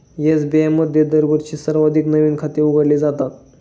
SBI मध्ये दरवर्षी सर्वाधिक नवीन खाती उघडली जातात